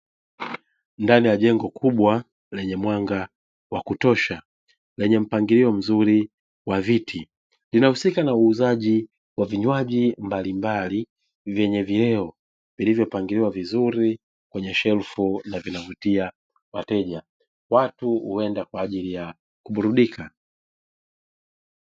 Ndani ya jengo kubwa lenye mwanga wa kutosha lenye mpangilio mzuri wa viti, linahusika na uuzaji wa vinywaji mbalimbali vyenye vyeo vilivyopangiliwa vizuri kwenye shelfu na vinavutia wateja, watu huenda kwa ajili ya kuburudika.